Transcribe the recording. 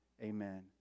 Amen